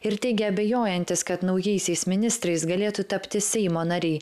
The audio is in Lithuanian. ir teigė abejojantis kad naujaisiais ministrais galėtų tapti seimo nariai